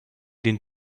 den